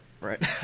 right